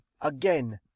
again